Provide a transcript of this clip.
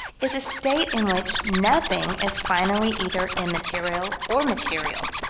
is a state in which nothing is finally either immaterial or material,